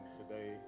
today